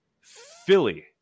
Philly